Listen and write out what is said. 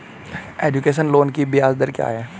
Education loan की ब्याज दर क्या है?